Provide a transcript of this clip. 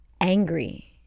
angry